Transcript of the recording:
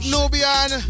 Nubian